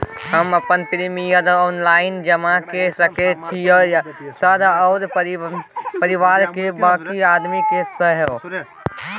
हम अपन premium online जमा के सके छियै सर आ परिवार के बाँकी आदमी के सेहो?